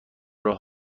راه